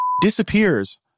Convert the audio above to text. disappears